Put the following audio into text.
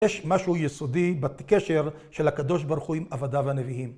יש משהו יסודי בקשר של הקדוש ברוך הוא עם עבדיו הנביאים.